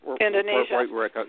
Indonesia